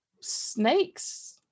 snakes